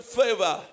favor